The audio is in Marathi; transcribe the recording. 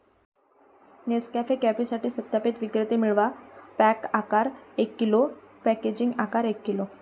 नेसकॅफे कॉफीसाठी सत्यापित विक्रेते मिळवा, पॅक आकार एक किलो, पॅकेजिंग आकार एक किलो